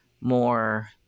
more